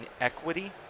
equity